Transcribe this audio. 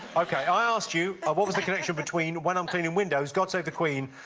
ok, i asked you, what was the connection between when i'm cleaning windows, god save the queen,